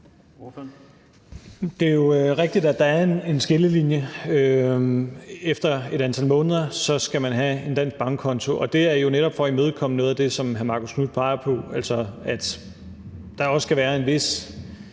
Det er jo rigtigt, at der er en skillelinje. Efter et antal måneder skal man have en dansk bankkonto, og det er jo netop for at imødekomme noget af det, som hr. Marcus Knuth peger på, altså at der også skal være en vis